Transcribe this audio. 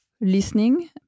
listening